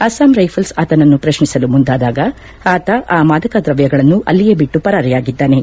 Assam rifles ಆತನನ್ನು ಪ್ರಶ್ನಿಸಲು ಮುಂದಾದಾಗ ಆತ ಆ ಮಾದಕ ದ್ರವ್ಯಗಳನ್ನು ಅಲ್ಲಿಯೇ ಬಿಟ್ಟು ಪರಾರಿಯಾಗಿದ್ದಾನೆ